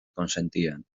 consentían